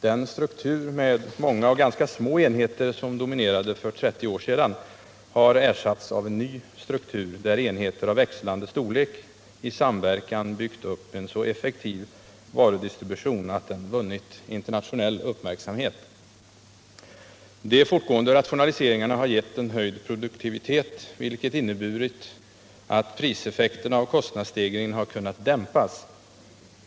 Den struktur med många och ganska små enheter som dominerade för 30 år sedan har ersatts av en ny struktur, där enheter av växlande storlek i samverkan byggt upp en så effektiv varudistribution att den vunnit internationell uppmärksamhet. De fortgående rationaliseringarna har gett en höjd produktivitet, vilket inneburit att priseffekterna av kostnadsstegringen har kunnat dämpas.